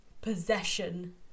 possession